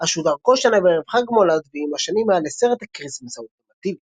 אז שודר כל שנה בערב חג המולד ועם השנים היה לסרט הכריסטמס האולטימטיבי.